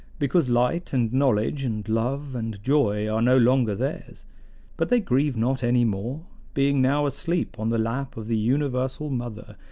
because light and knowledge and love and joy are no longer theirs but they grieve not any more, being now asleep on the lap of the universal mother,